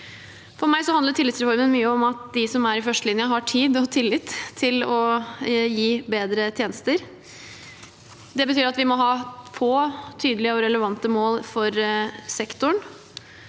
For meg handler tillitsreformen mye om at de som er i førstelinjen, har tid og tillit til å gi bedre tjenester. Det betyr at vi må ha få, tydelige og relevante mål for sektoren.